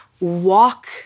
walk